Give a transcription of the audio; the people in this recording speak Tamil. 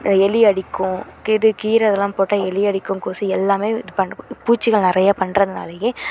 எலி அடிக்கும் இது கீரை இதெல்லாம் போட்டால் எலி அடிக்கும் கொசு எல்லாமே இது பண்ணும் பூச்சிகள் நிறையா பண்ணுறதுனாலயே